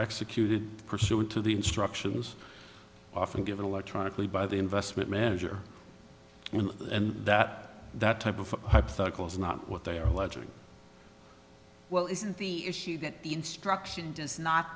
executed pursuant to the instructions often given electronically by the investment manager and that that type of hypothetical is not what they are alleging well isn't the issue that the instruction does not